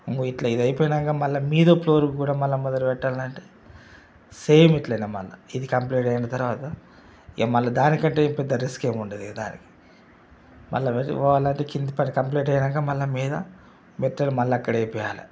ఇగో ఇట్లా ఇది అయిపోయినాక మళ్ళా మీద ఫ్లోరుకు కూడా మళ్ళా మొదలు పెట్టాలంటే సేమ్ ఇట్లానే మళ్ళా ఇది కంప్లీట్ అయిన తర్వాత ఇక మళ్ళా దానికంటే పెద్ద రిస్క్ ఏమీ ఉండదు కదా అది మళ్ళా మీదకి పోవాలంటే కింద పని కంప్లీట్ అయినాక మళ్ళా మీద మెట్లు మళ్ళీ అక్కడ వేపించాలి